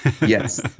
Yes